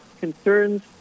concerns